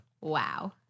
Wow